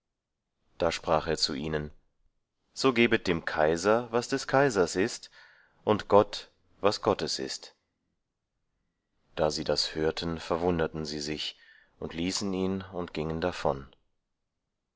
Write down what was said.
da sprach er zu ihnen so gebet dem kaiser was des kaisers ist und gott was gottes ist da sie das hörten verwunderten sie sich und ließen ihn und gingen davon